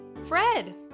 Fred